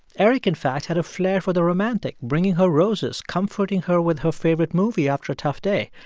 eric, in fact, had a flair for the romantic, bringing her roses, comforting her with her favorite movie after a tough day.